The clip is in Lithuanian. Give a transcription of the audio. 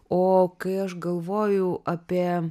o kai aš galvojau apie